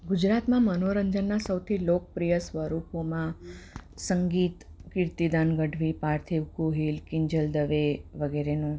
ગુજરાતમાં મનોરંજનનાં સૌથી લોકપ્રિય સ્વરૂપોમાં સંગીત કીર્તિદાન ગઢવી પાર્થિવ ગોહિલ કિંજલ દવે વગેરેનું